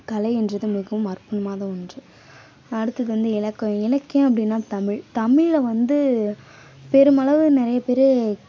கலை என்பது மிகவும் அற்புதமான் ஒன்று அடுத்தது வந்து இலக்கோம் இலக்கியம் அப்படின்னா தமிழ் தமிழை வந்து பெருமளவு நிறைய பேர்